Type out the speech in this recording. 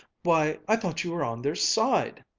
why, i thought you were on their side!